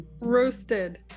roasted